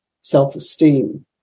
self-esteem